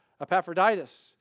Epaphroditus